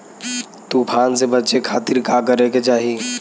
तूफान से बचे खातिर का करे के चाहीं?